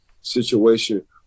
situation